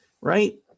Right